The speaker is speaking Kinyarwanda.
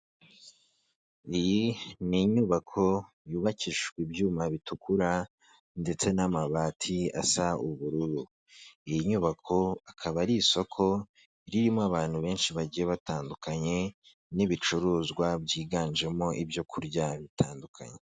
Iyi ni inyubako, yubakishijwe ibyuma bitukura, ndetse n'amabati asa ubururu. Iyi nyubako, akaba ari isoko, ririmo abantu benshi bagiye batandukanye, n'ibicuruzwa byiganjemo ibyo kurya bitandukanye.